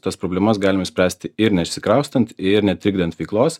tas problemas galim išspręsti ir neišsikraustant ir netrikdant veiklos